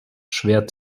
schwer